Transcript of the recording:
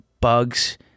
bugs